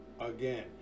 again